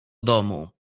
domu